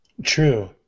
True